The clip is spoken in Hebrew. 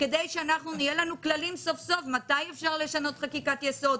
כדי שיהיו לנו כללים סוף-סוף מתי אפשר לשנות חקיקת יסוד,